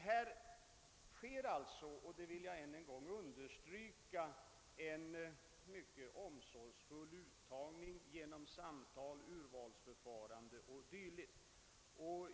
Man tillämpar alltså — det vill jag än en gång understryka — ett mycket omsorgsfullt uttagningsförfarande genom samtal och olika urvalsmetoder.